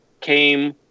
came